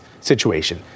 situation